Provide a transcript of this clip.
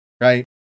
right